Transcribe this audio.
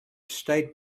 state